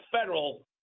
federal